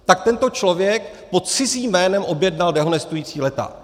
Tak tento člověk pod cizím jménem objednal dehonestující leták.